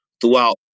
throughout